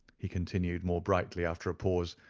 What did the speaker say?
he continued, more brightly, after a pause.